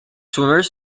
swimmers